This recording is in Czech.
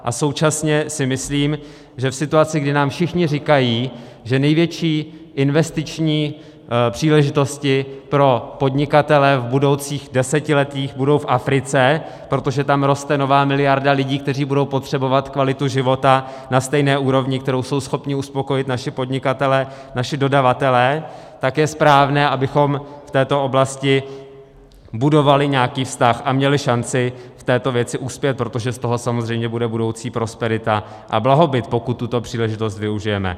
A současně si myslím, že v situaci, kdy nám všichni říkají, že největší investiční příležitosti pro podnikatele v budoucích desetiletích budou v Africe, protože tam roste nová miliarda lidí, kteří budou potřebovat kvalitu života na stejné úrovni, kterou jsou schopni uspokojit naši podnikatelé, naši dodavatelé, tak je správné, abychom v této oblasti budovali nějaký vztah a měli šanci v této věci uspět, protože z toho samozřejmě bude budoucí prosperita a blahobyt, pokud tuto příležitost využijeme.